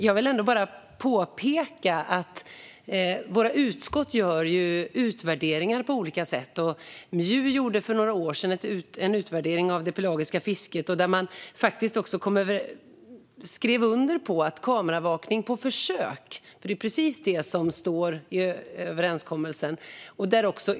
Jag vill påpeka att våra utskott gör utvärderingar på olika sätt, och MJU gjorde för några år sedan en utvärdering av det pelagiska fisket där man faktiskt skrev under på att införa kameraövervakning på försök. Det är precis det som står i överenskommelsen.